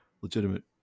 legitimate